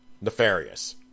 nefarious